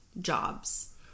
jobs